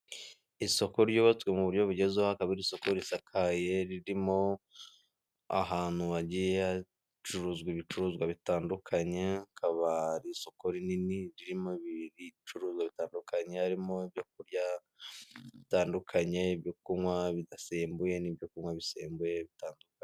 Isoko ryubatswe mu buryo bugezweho, akaba ari isoko risakaye ririmo ahantu hagiye hacuruzwa ibicuruzwa bitandukanye, akaba ari isoko rinini ririmo ibicuruzwa bitandukanye, harimo ibyo kurya bitandukanye, ibyo kunywa bidasembuye n'ibyo kunywa bisembuye bitandukanye.